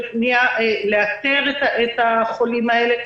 בפנייה לאתר את החולים האלה.